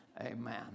Amen